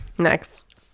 Next